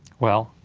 well,